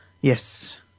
yes